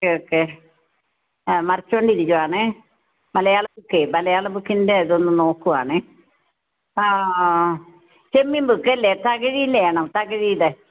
okay okay ആ മറിച്ചുകൊണ്ടിരിക്കുകയാണേ മലയാളം ബുക്കേ മലയാളം ബുക്കിന്റെ ഇതൊന്ന് നോക്കുവാണേ അ ആ ചെമ്മീൻ ബുക്ക് അല്ലേ തകഴിയുടെ ആണോ തകഴിയുടെ